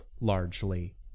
largely